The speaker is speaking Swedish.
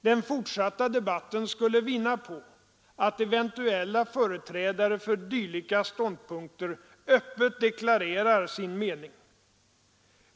Den fortsatta debatten skulle vinna på att eventuella företrädare för dylika ståndpunkter öppet deklarerade sin mening.